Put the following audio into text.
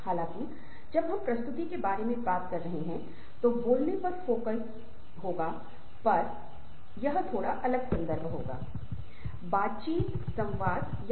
अब इससे पहले कि हम आगे बढ़ें यह एक अवलोकन है कि हम क्या करने जा रहे हैं लेकिन एक बार हमने जो पिछले सत्र में किया था उसे दोहरा लेते हैं